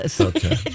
Okay